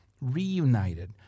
reunited